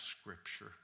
scripture